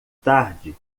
tarde